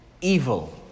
evil